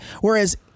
Whereas